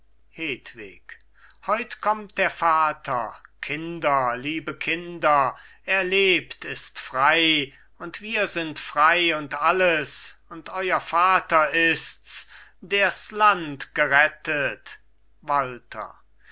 heut kommt der vater kinder liebe kinder er lebt ist frei und wir sind frei und alles und euer vater ist's der's land gerettet walther